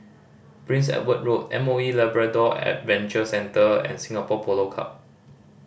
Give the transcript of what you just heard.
Prince Edward Road M O E Labrador Adventure Center and Singapore Polo Club